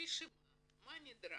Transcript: רשימה מה נדרש",